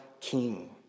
king